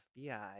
FBI